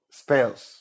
spells